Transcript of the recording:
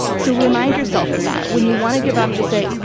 so remind yourself of that when you want to give up, just say,